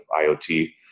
IOT